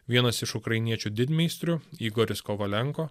vienas iš ukrainiečių didmeistrių igoris kovalenko